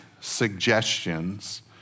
suggestions